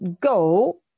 go